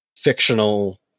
fictional